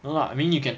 no lah I mean you can